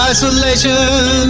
Isolation